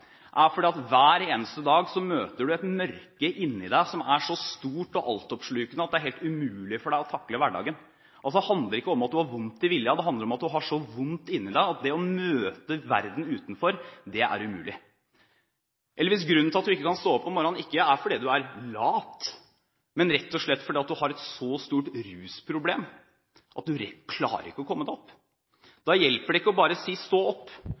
fordi du hver eneste dag møter et mørke inni deg som er stå stort og altoppslukende at det er helt umulig for deg å takle hverdagen. Det handler ikke om at du har «vondt i vilja», men at du har så vondt inni deg at det å møte verden utenfor er umulig. Eller: Hvis grunnen til at du ikke kan «stå opp om morran» ikke er at du er lat, men rett og slett at du har et så stort rusproblem at du ikke klarer å komme deg opp, hjelper det ikke bare å si: Stå opp!